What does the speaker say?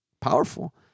Powerful